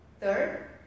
Third